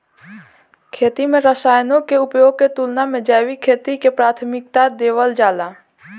खेती में रसायनों के उपयोग के तुलना में जैविक खेती के प्राथमिकता देवल जाला